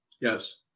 Yes